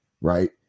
Right